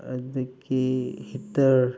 ꯑꯗꯨꯗꯒꯤ ꯍꯤꯠꯇꯔ